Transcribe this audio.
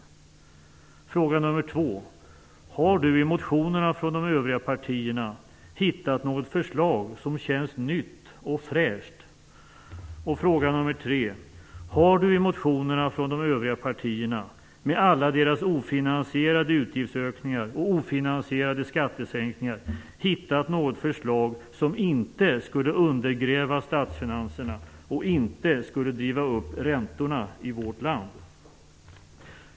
Den andra frågan är: Har Per-Ola Eriksson i motionerna från de övriga partierna hittat något förslag som känns nytt och fräscht? Den tredje frågan är: Har Per-Ola Eriksson i motionerna från de övriga partierna, med alla ofinansierade utgiftsökningar och skattesänkningar, hittat något förslag som inte skulle undergräva statsfinanserna och som inte skulle driva upp räntorna i vårt land?